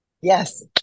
Yes